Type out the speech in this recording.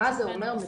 מה זה אומר מבחינתנו.